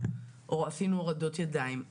עשינו הורדות ידיים.